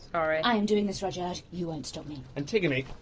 sorry. i am doing this, rudyard. you won't stop me. antigone,